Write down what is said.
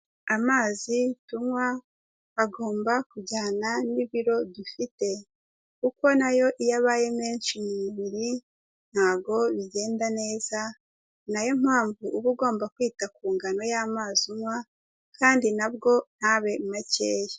Amazi tunywa agomba kujyana n'ibiro dufite kuko nayo iyo abaye menshi mu mubiri ntago bigenda neza, ni nayo mpamvu uba ugomba kwita ku ngano y'amazi unywa kandi na bwo ntabe makeya.